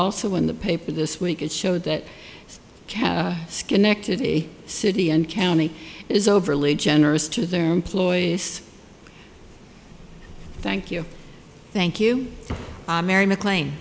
also in the paper this week it showed that cap schenectady city and county is overly generous to their employees thank you thank you i mary maclan